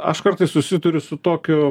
aš kartais susiduriu su tokiu